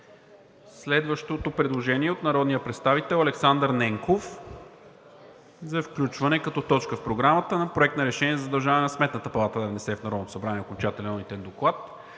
Следващото предложение е от народния представител Александър Ненков за включване като точка в Програмата на Проект на решение за задължаване на Сметната палата да внесе в